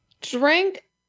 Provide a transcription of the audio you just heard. drink